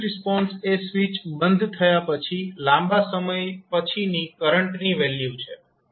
forced response એ switch બંધ થયા પછી લાંબા સમય પછીની કરંટની વેલ્યુ છે